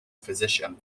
physician